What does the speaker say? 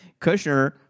Kushner